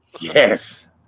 Yes